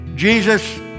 Jesus